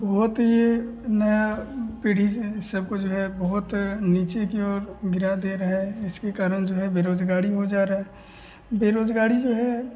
बहुत यह नया पीढ़ी जो है सबको जो है बहुत नीचे की ओर गिरा दे रहा है इसके कारण जो है बेरोज़गारी हो जा रही है बेरोज़गारी जो है